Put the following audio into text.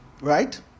Right